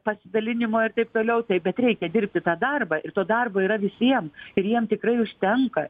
pasidalinimo ir taip toliau tai bet reikia dirbti tą darbą ir to darbo yra visiem ir jiem tikrai užtenka